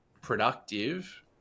productive